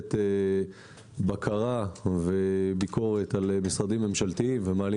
מתנהלת בקרה וביקורת על משרדים ממשלתיים ומעלים